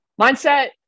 mindset